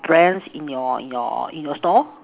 brands in your in your in your store